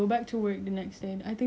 but if we have no work